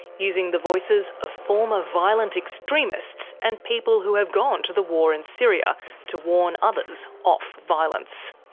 using the voices of former violent extremists and people who have gone to the war in syria to warn others off violence.